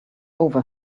over